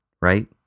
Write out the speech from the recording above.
right